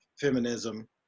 feminism